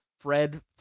Fred